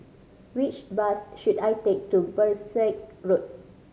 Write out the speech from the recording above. which bus should I take to Berkshire Road